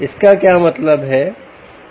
इसका क्या मतलब है